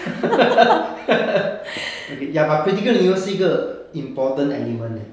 okay ya but critical illness 是一个 important element eh